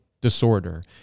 disorder